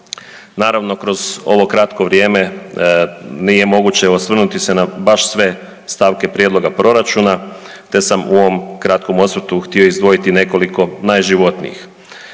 Naravno kroz ovo kratko vrijeme nije moguće osvrnuti se na baš sve stavke prijedloga proračuna, te sam u ovom kratkom osvrtu htio izdvojiti nekoliko najživotnijih.